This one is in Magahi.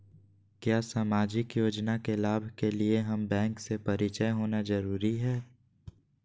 क्या सामाजिक योजना के लाभ के लिए हमें बैंक से परिचय होना जरूरी है?